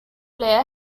player